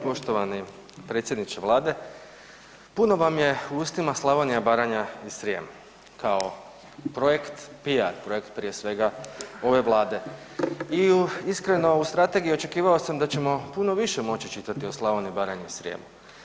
Poštovani predsjedniče Vlade, puno vam je u ustima Slavonija, Baranja i Srijem kao projekt PR, projekt prije svega ove Vlade i u iskreno, u strategiji očekivao sam da ćemo puno više moći čitati o Slavoniji, Baranji i Srijemu.